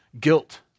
guilt